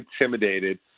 intimidated